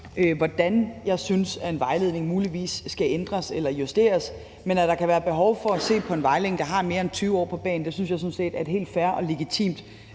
hvordan jeg synes en vejledning muligvis skal ændres eller justeres, men at der kan være behov for at se på en vejledning, der har mere end 20 år på bagen, synes jeg sådan set er et helt fair og legitimt